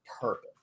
purpose